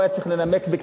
הוא היה צריך לנמק בקצרה,